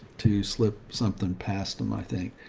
to slip something past them, i think.